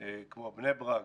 כמו בני ברק,